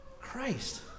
Christ